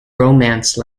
romance